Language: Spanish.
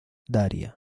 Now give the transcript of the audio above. daria